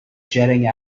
jetting